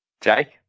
Jake